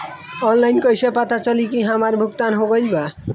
Online कईसे पता चली की हमार भुगतान हो गईल बा?